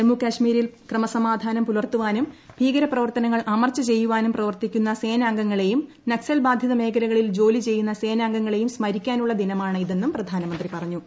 ജമ്മുകാശ്മീരിൽ ക്രമസമാധാനം പുലർത്തുവാനും ഭീകരപ്രവർത്തനങ്ങൾ അമർച്ചചെയ്യുവാനും പ്രവർത്തിക്കുന്ന സേനാംഗങ്ങളെയും ജോലിചെയ്യുന്ന സേനാംഗങ്ങളെയും സ്മരിക്കാനുള്ള ദിനമാണ് ഇതെന്നും പ്രധാനമന്ത്രി പറഞ്ഞു